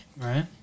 Right